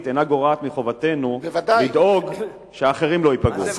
אינם גורעים מחובתנו לדאוג שאחרים לא ייפגעו.